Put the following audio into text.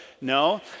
No